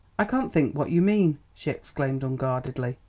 i can't think what you mean, she exclaimed unguardedly.